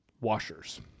washers